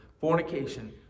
Fornication